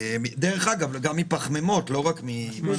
דרך אגב גם מפחמימות ולא רק ממשקאות.